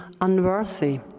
unworthy